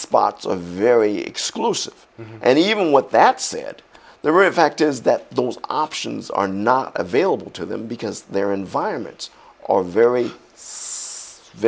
spots a very exclusive and even what that said they were in fact is that those options are not available to them because their environments or very